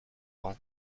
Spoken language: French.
rang